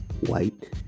white